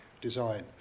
design